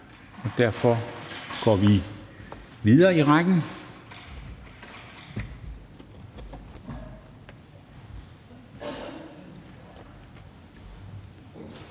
Derfor går vi videre i rækken.